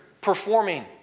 performing